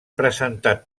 presentat